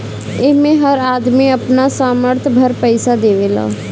एमे हर आदमी अपना सामर्थ भर पईसा देवेला